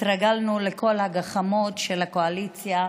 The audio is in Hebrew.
התרגלנו לכל הגחמות של הקואליציה,